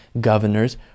governor's